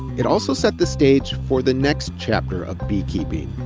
it also set the stage for the next chapter of beekeeping,